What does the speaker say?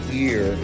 year